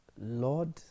Lord